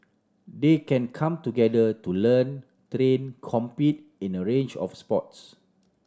they can come together to learn train compete in a range of sports